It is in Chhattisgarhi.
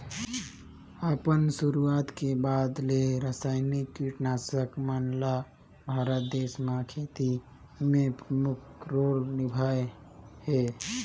अपन शुरुआत के बाद ले रसायनिक कीटनाशक मन ल भारत देश म खेती में प्रमुख रोल निभाए हे